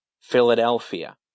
Philadelphia